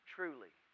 Truly